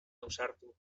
ausartu